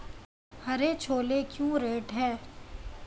हरे छोले क्या रेट हैं?